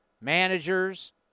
managers